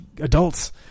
adults